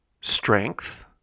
strength